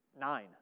Nine